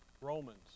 Romans